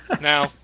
Now